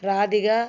Radhika